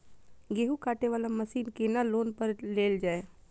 गेहूँ काटे वाला मशीन केना लोन पर लेल जाय?